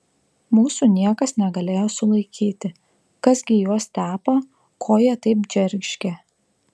mūsų niekas negalėjo sulaikyti kas gi juos tepa ko jie taip džeržgia